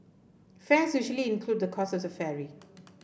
fares usually include the cost of the ferry